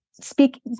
Speak